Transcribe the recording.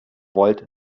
wollt